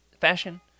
fashion